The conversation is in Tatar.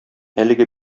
әлеге